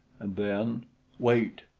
and then wait!